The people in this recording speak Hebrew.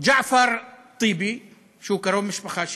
ג'עפר טיבי, שהוא קרוב משפחה שלי,